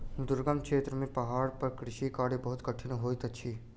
दुर्गम क्षेत्र में पहाड़ पर कृषि कार्य बहुत कठिन होइत अछि